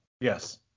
Yes